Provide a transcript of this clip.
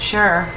Sure